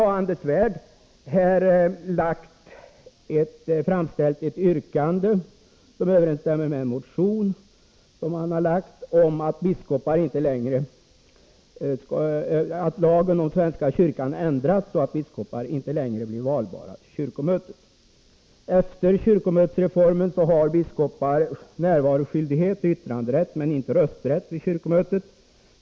Anders Svärd har här framställt ett yrkande som överensstämmer med en motion som han väckt om att lagen om svenska kyrkan ändras, så att biskopar inte längre blir valbara till kyrkomötet. Efter kyrkomötesreformen har biskopar närvaroskyldighet, yttranderätt men inte rösträtt i kyrkomötet.